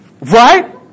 Right